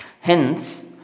Hence